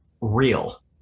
real